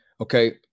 Okay